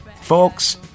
Folks